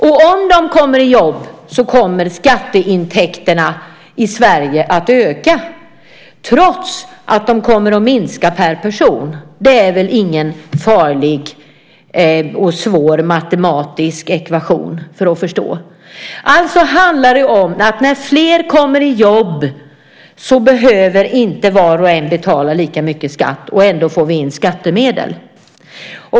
Och om de kommer i jobb kommer skatteintäkterna i Sverige att öka trots att de kommer att minska per person. Det innebär väl ingen farlig och svår matematisk ekvation att förstå det. Alltså handlar det om att när fler kommer i jobb så behöver inte var och en betala lika mycket i skatt, och ändå får vi in skattemedel.